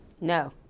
No